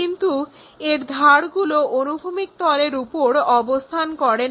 কিন্তু এর ধারগুলো অনুভূমিক তলের ওপর অবস্থান করে না